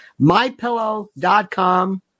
MyPillow.com